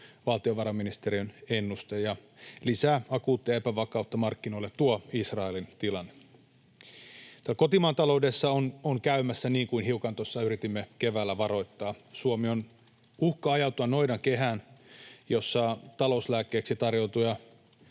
valtiovarainministeriön ennuste, ja lisää akuuttia epävakautta markkinoille tuo Israelin tilanne. Täällä kotimaan taloudessa on käymässä niin kuin hiukan tuossa keväällä yritimme varoittaa. Suomi uhkaa ajautua noidankehään, jossa talouslääkkeiksi tarjoiltuja